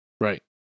Right